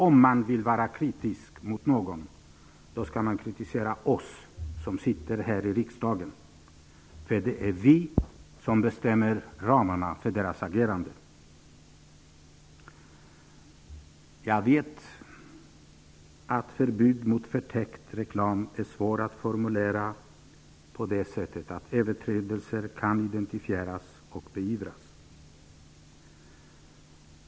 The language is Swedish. Om kritik skall riktas mot någon så är det mot oss som sitter här i riksdagen, för det är vi som bestämmer ramarna för deras agerande. Jag vet att förbud mot förtäckt reklam är svårt att formulera på ett sätt så att överträdelser kan identifieras och beivras.